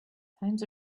times